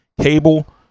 cable